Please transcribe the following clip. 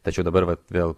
tačiau dabar vėl